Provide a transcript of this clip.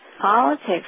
politics